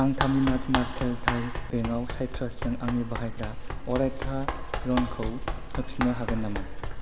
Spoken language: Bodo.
आं तामिलनादु मारकेन्टाइल बेंकआ सायट्रासजों आंनि बाहायग्रा अरायथा लनखौ होफिन्नो हागोन नामा